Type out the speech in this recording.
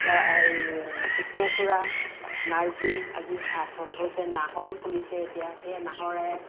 সেই কৃষ্ণচূড়া নাৰ্জি আজি হৈছে নাহৰো ফুলিছে এতিয়া সেয়া নাহৰে